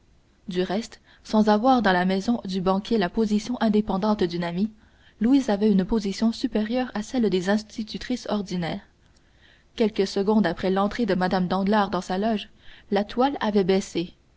du reste sans avoir dans la maison du banquier la position indépendante d'une amie louise avait une position supérieure à celle des institutrices ordinaires quelques secondes après l'entrée de mme danglars dans sa loge la toile avait baissé